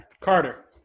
Carter